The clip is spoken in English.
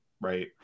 right